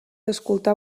escoltar